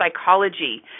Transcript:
Psychology